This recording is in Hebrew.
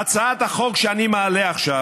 בהצעת החוק שאני מעלה עכשיו,